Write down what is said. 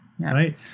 right